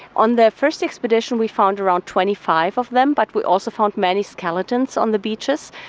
on the first expedition we found around twenty five of them but we also found many skeletons on the beaches.